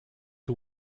who